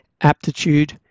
aptitude